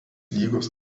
lygos